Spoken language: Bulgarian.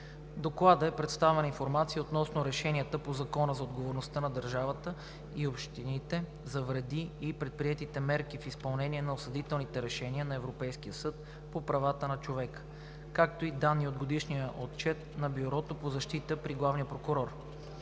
Доклада е представена информация относно решенията по Закона за отговорността на държавата и общините за вреди и предприетите мерки в изпълнение на осъдителните решения на Европейския съд по правата на човека, както и данните от Годишния отчет на Бюрото по защита при главния прокурор.